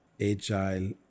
Agile